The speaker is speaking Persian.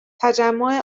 تجمع